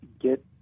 get